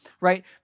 right